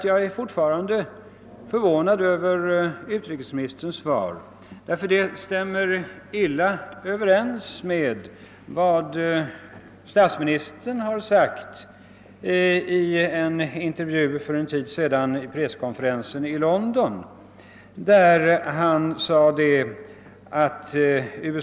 Jag är alltjämt förvånad över utrikesministerns svar, som rimmar illa med vad statsministern sade i en intervju vid presskonferensen i London för en tid sedan.